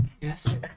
Yes